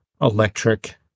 electric